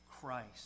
Christ